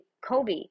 Kobe